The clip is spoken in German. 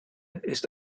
ist